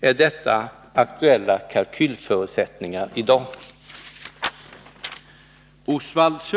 Är detta aktuella kalkylförutsättningar i dag?